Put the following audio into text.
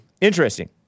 Interesting